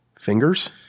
Fingers